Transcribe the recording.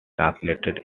translated